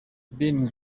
ben